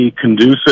conducive